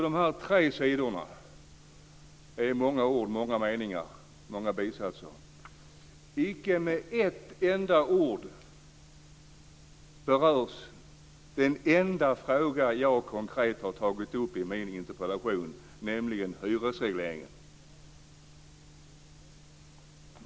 Det finns många ord, många meningar och många bisatser på dessa tre sidor. Icke med ett enda ord berörs den enda fråga som jag konkret har tagit upp i min interpellation, nämligen hyresregleringen.